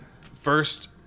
first